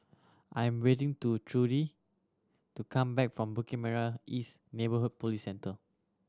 I am waiting to Trudy to come back from Bukit Merah East Neighbourhood Police Centre